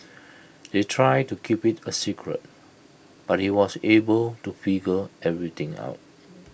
they tried to keep IT A secret but he was able to figure everything out